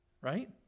right